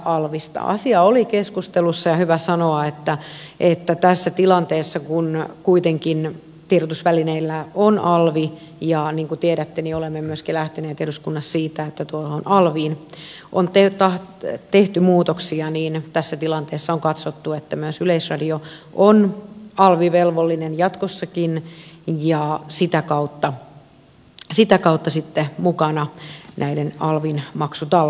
asia oli keskustelussa ja on hyvä sanoa että tässä tilanteessa kun kuitenkin tiedotusvälineillä on alvi ja niin kuin tiedätte olemme myöskin lähteneet eduskunnassa siitä että tuohon alviin on tehty muutoksia on katsottu että myös yleisradio on alvivelvollinen jatkossakin ja sitä kautta sitten mukana näissä alvin maksutalkoissa